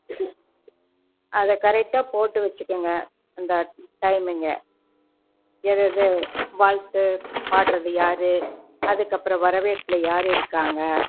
அதை கரெக்ட்டாக போட்டு வச்சுக்குங்க அந்த டைம்மிங்கு எது எது வாழ்த்து பாடுகிறது யார் அதுக்கப்புறோம் வரவேற்பில் யார் இருக்காங்க